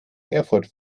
erfurt